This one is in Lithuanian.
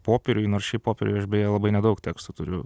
popieriuj nors šiaip popieriuj aš beje labai nedaug teksto turiu